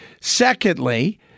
Secondly